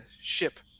ship